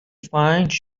find